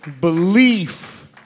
Belief